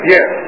Yes